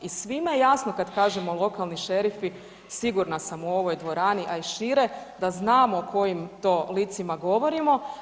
I svima je jasno kad kažemo lokalni šerifi, sigurna sam u ovoj dvorani a i šire, da znamo o kojim to licima govorimo.